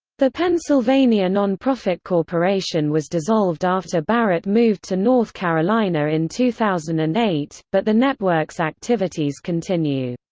the pennsylvania nonprofit corporation was dissolved after barrett moved to north carolina in two thousand and eight, but the network's activities continue.